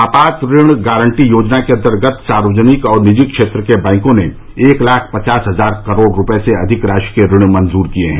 आपात ऋण गारंटी योजना के अंतर्गत सार्वजनिक और निजी क्षेत्र के बैंकों ने एक लाख पचास हजार करोड़ रूपये से अधिक राशि के ऋण मंजूर किये हैं